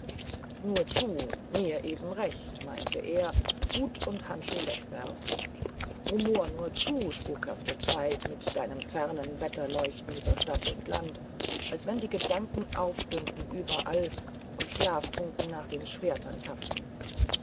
nur zu mir eben recht meinte er hut und handschuh wegwerfend rumor nur zu spukhafte zeit mit deinem fernen wetterleuchten über stadt und land als wenn die gedanken aufstünden überall und schlaftrunken nach den schwertern tappten